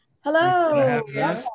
Hello